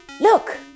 Look